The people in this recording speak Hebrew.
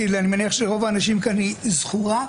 כי אני מניח שלרוב האנשים כאן היא זכורה.